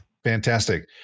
Fantastic